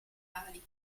ali